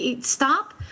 stop